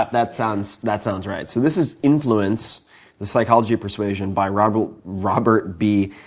that sounds that sounds right. so this is influence the psychology of persuasion by robert robert b.